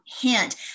hint